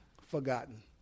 forgotten